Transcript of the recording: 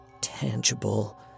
tangible